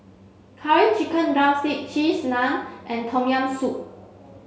curry chicken drumstick cheese naan and tom yam soup